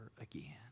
again